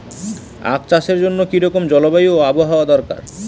আখ চাষের জন্য কি রকম জলবায়ু ও আবহাওয়া দরকার?